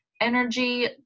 energy